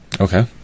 Okay